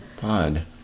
pod